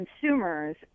consumers